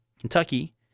Kentucky